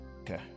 okay